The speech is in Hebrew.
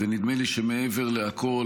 נדמה לי שמעבר להכול,